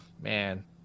Man